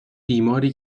بیماری